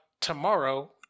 tomorrow